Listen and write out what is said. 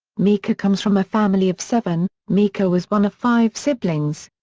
mika comes from a family of seven mika was one of five siblings.